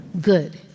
good